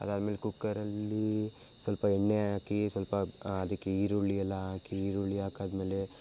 ಅದು ಆದ ಮೇಲೆ ಕುಕ್ಕರಲ್ಲಿ ಸ್ವಲ್ಪ ಎಣ್ಣೆ ಹಾಕಿ ಸ್ವಲ್ಪ ಅದಕ್ಕೆ ಈರುಳ್ಳಿ ಎಲ್ಲ ಹಾಕಿ ಈರುಳ್ಳಿ ಹಾಕಾದ ಮೇಲೆ